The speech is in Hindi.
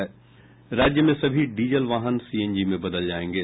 राज्य में सभी डीजल वाहन सीएनजी में बदले जायेंगे